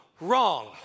wrong